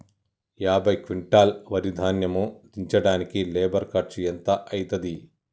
యాభై క్వింటాల్ వరి ధాన్యము దించడానికి లేబర్ ఖర్చు ఎంత అయితది?